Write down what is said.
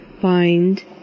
find